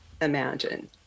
imagine